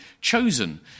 chosen